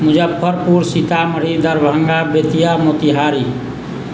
Muzaffarpur Sitamarhi Darbhanga Bettiah Motihari